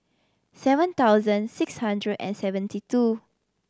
seven thousand six hundred and seventy two